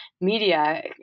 media